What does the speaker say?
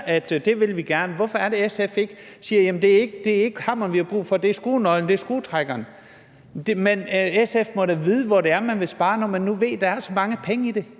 at det vil de gerne, hvorfor siger SF så ikke: Det er ikke hammeren, vi har brug for; det er skruenøglen, det er skruetrækkeren? SF må da vide, hvor det er, man vil spare, når man nu ved, at der er så mange penge